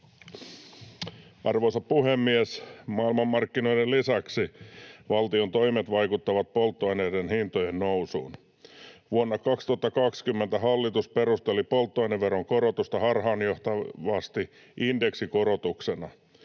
Arvoisa puhemies! Maailmanmarkkinoiden lisäksi valtion toimet vaikuttavat polttoaineiden hintojen nousuun. Vuonna 2020 hallitus perusteli polttoaineveron korotusta harhaanjohtavasti indeksikorotuksena.